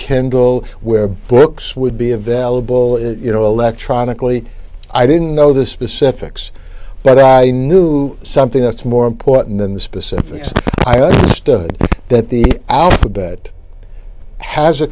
kendall where books would be available you know electronically i didn't know the specifics but i knew something that's more important than the specifics i understood that the alphabet has a